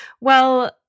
Well-